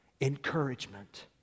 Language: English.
encouragement